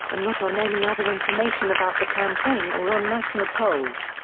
and not on any other information about the campaign or on national polls.